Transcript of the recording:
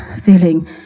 feeling